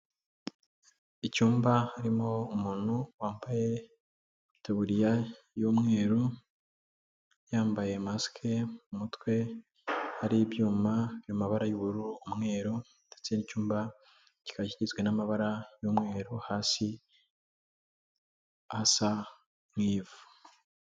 Icyumba harimo umuntu wambaye itaburiya y'umweru yambaye mask mu mutwe ,hari ibyuma mu mabara y'ubururu ,umweru ndetse n'icyumba kika kigizwe n'amabara y'umweru hasi asa n'ivu.